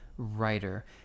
Writer